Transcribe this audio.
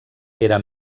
era